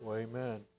Amen